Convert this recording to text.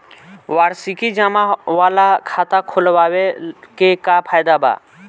वार्षिकी जमा वाला खाता खोलवावे के का फायदा बा?